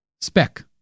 Spec